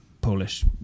Polish